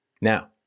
Now